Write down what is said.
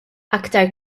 aktar